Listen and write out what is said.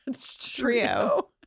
trio